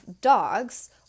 dogs